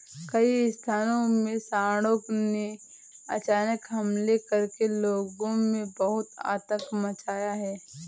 कई स्थानों में सांडों ने अचानक हमले करके लोगों में बहुत आतंक मचाया है